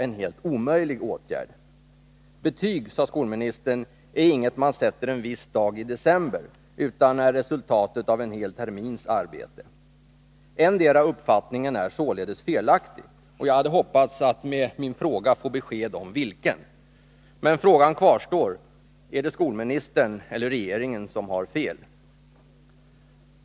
Betyg, sade skolministern, är ingenting man sätter en viss dag i december utan de är resultatet av en hel termins arbete. Endera uppfattningen är således felaktig. Jag hade hoppats att med min fråga få besked om vilken. Men frågan kvarstår: Är det skolministern eller regeringen som har fel?